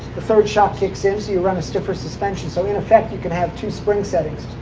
the third shock kicks in so you run a stiffer suspension. so in effect, you can have two spring settings.